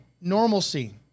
normalcy